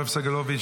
יואב סגלוביץ',